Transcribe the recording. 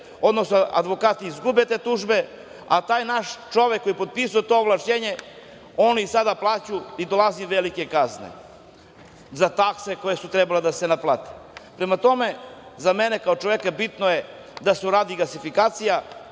odnosno advokati izgube te tužbe, a taj naš čovek koji je potpisao to ovlašćenje oni sada plaćaju i dolaze velike kazne za takse koje su trebale da se naplate. Prema tome, za mene kao čoveka bitno je da se uradi gasifikacija,